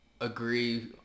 agree